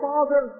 Father